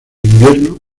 invierno